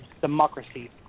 democracy